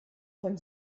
von